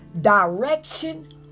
direction